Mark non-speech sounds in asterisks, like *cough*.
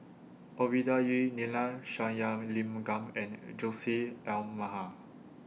Ovidia Yu Neila Sathyalingam and Jose *unintelligible*